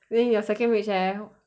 then your second wish leh